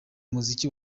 muziki